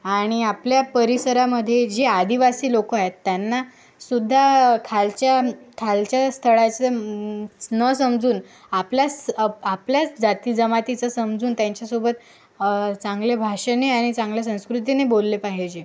आणि आपल्या परिसरामध्ये जे आदिवासी लोक आहेत त्यांना सुद्धा खालच्या खालच्या स्थळाचं न समजून आपल्या स आपल्याच जाती जमातीचं समजून त्यांच्यासोबत चांगले भाषणे आणि चांगल्या संस्कृतीने बोलले पाहिजे